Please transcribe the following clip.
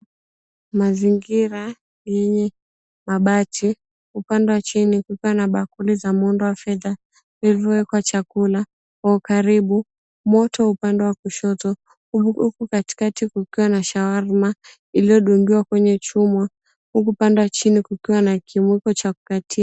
Mazingira yenye mabati, upande wa chini kukiwa na bakuli za muundo wa fedha, vilivyowekwa chakula, kwa ukaribu, moto upande wa kushoto, huku katikati kukiwa na shawarma iliyodungiwa kwenye chuma, huku upande wa chini kukiwa na kimwiko cha kukatia.